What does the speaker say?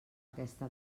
aquesta